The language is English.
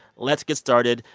let's get started.